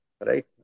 right